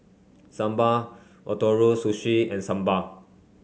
Sambar Ootoro Sushi and Sambar